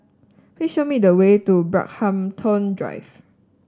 please show me the way to Brockhampton Drive